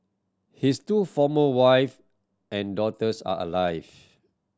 his two former wife and daughters are alive